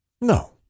No